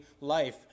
life